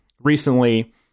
recently